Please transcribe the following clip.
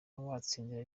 watsindira